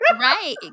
right